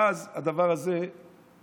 ואז הדבר הזה התחבר.